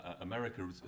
America